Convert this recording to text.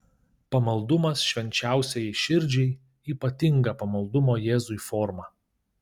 pamaldumas švenčiausiajai širdžiai ypatinga pamaldumo jėzui forma